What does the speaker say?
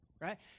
right